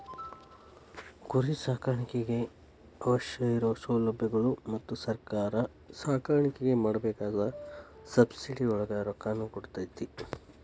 ಕುರಿ ಸಾಕಾಣಿಕೆಗೆ ಅವಶ್ಯ ಇರು ಸೌಲಬ್ಯಗಳು ಮತ್ತ ಸರ್ಕಾರಾ ಸಾಕಾಣಿಕೆ ಮಾಡಾಕ ಸಬ್ಸಿಡಿ ಒಳಗ ರೊಕ್ಕಾನು ಕೊಡತತಿ